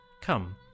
Come